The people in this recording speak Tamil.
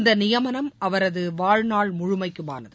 இந்த நியமனம் அவரது வாழ்நாள் முழுமைக்குமானது